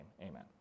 amen